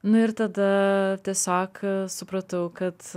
nu ir tada tiesiog supratau kad